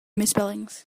misspellings